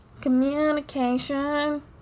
Communication